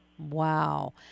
Wow